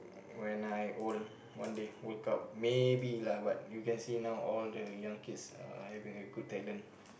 when I old one day World Cup maybe lah but you can see now all the young kids uh having very good talent